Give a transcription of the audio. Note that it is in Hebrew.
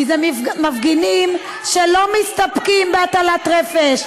כי זה מפגינים שלא מסתפקים בהטלת רפש.